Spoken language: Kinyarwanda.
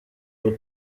ubu